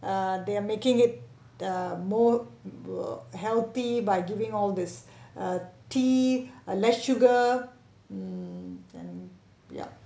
err they are making it the more uh healthy by giving all this uh tea uh less sugar mm and yup